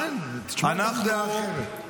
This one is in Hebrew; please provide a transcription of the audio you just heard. תשמעו גם דעה אחרת.